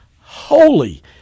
holy